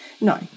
no